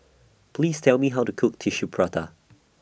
Please Tell Me How to Cook Tissue Prata